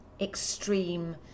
extreme